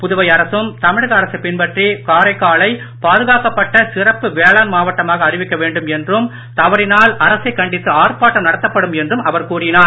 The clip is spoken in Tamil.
புதுவை அரசும் தமிழக அரசை பின்பற்றி காரைக்காலை பாதுகாக்கப்பட்ட சிறப்பு வேளாண் மாவட்டமாக அறிவிக்க வேண்டும் என்றும் தவறினால் அரசைக் கண்டித்து ஆர்ப்பாட்டம் நடத்தப்படும் என்றும் அவர் கூறினார்